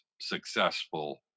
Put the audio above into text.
successful